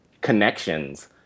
connections